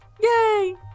Yay